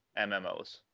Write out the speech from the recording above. MMOs